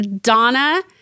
Donna